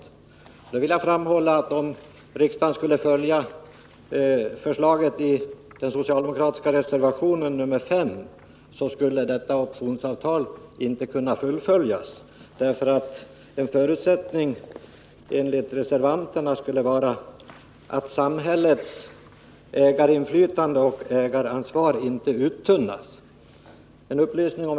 Jag vill framhålla att detta optionsavtal inte kan fullföljas om riksdagen antar det socialdemokratiska förslaget i reservation 5. Enligt reservanterna är nämligen en förutsättning att samhällets ägarinflytande och ägaransvar inte uttunnas.